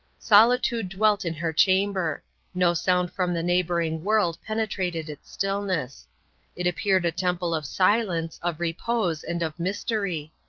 solitude dwelt in her chamber no sound from the neighboring world penetrated its stillness it appeared a temple of silence, of repose, and of mystery.